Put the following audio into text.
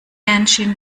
engine